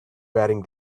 wearing